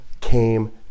came